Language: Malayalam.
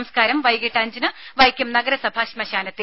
സംസ്കാരം വൈകിട്ട് അഞ്ചിന് വൈക്കം നഗരസഭാ ശ്മശാനത്തിൽ